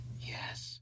Yes